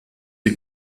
die